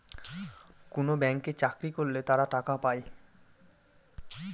কোনো ব্যাঙ্কে চাকরি করলে তারা টাকা পায়